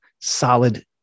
solid